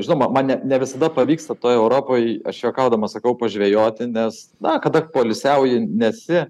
žinoma mane ne visada pavyksta toj europoj aš juokaudamas sakau pažvejoti nes na kada poilsiauji nesi